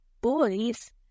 boys